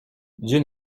dieu